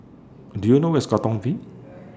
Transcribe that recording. Do YOU know Where IS Katong V